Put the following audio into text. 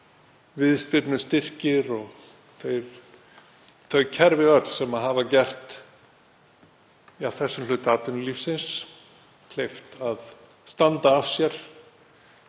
viðspyrnustyrkir og þau kerfi öll sem hafa gert þessum hluta atvinnulífsins kleift að standa af sér,